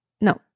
No